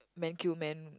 man kill man